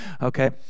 Okay